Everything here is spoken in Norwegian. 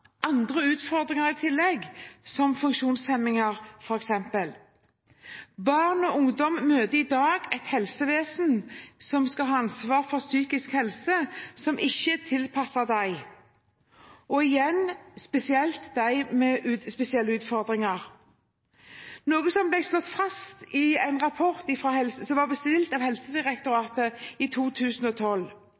andre utfordringer i tillegg, som funksjonshemninger, f.eks. Barn og ungdom møter i dag et helsevesen som skal ha ansvar for psykisk helse, som ikke er tilpasset dem – og igjen – spesielt dem med spesielle utfordringer. Noe som ble slått fast i en rapport som var bestilt av Helsedirektoratet i 2012,